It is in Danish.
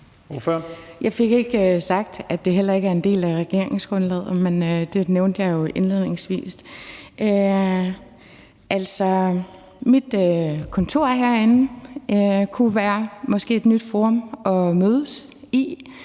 Jeg fik ikke sagt, at det heller ikke er en del af regeringsgrundlaget, men det nævnte jeg jo indledningsvis. Altså, mit kontor herinde kunne måske være et nyt forum at mødes i.